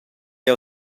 jeu